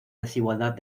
desigualdad